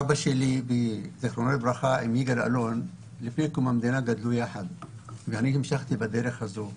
אבא שלי גדל עם יגאל אלון ואני המשכתי בדרך הזו.